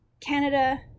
canada